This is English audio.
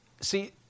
see